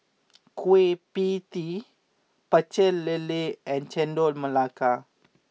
Kueh pPie Tee Pecel Lele and Chendol Melaka